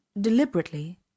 deliberately